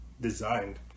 designed